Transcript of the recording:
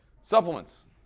Supplements